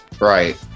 Right